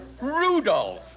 Rudolph